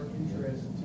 interest